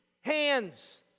hands